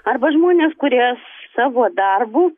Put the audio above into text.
arba žmonės kurie savo darbu